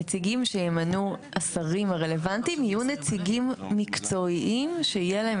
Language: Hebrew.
הנציגים שימנו השרים הרלוונטיים יהיו נציגים מקצועיים שתהיה להם